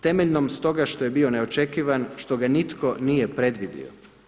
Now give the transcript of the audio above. Temeljnom stoga što je bio neočekivan, što ga nitko nije predvidio.